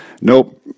Nope